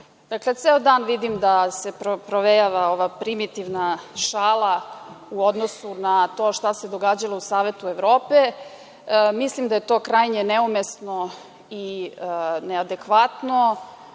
nas. Dakle, ceo dan vidim da provejava ova primitivna šala u odnosu na to šta se događalo u Savetu Evrope. Mislim da je to krajnje neumesno i neadekvatno.